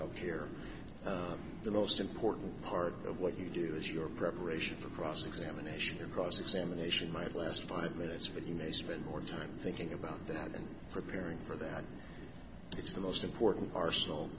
here the most important part of what you do is your preparation for cross examination your cross examination might last five minutes but you may spend more time thinking about that and preparing for that it's the most important arsenal